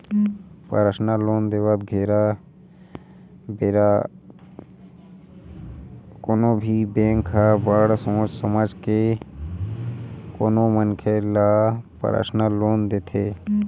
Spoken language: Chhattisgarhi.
परसनल लोन देवत बेरा कोनो भी बेंक ह बड़ सोच समझ के कोनो मनखे ल परसनल लोन देथे